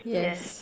yes